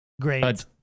great